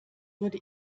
würde